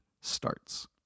starts